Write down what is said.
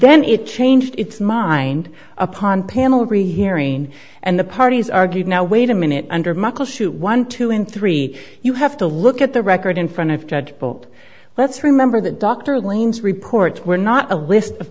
then it changed its mind upon panel rehearing and the parties argued now wait a minute under muckleshoot one two and three you have to look at the record in front of judge but let's remember that dr lane's reports were not a list of